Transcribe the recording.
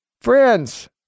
Friends